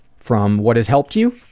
from what has helped you?